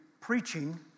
preaching